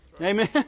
Amen